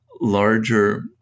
larger